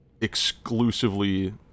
exclusively